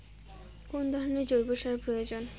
কোন ধরণের জৈব সার প্রয়োজন?